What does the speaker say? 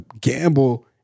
gamble